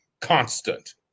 constant